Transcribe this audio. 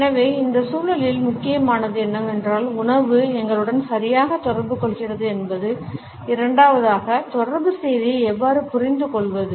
எனவே இந்த சூழலில் முக்கியமானது என்னவென்றால் உணவு எங்களுடன் சரியாக தொடர்புகொள்கிறது என்பது இரண்டாவதாக தொடர்பு செய்தியை எவ்வாறு புரிந்துகொள்வது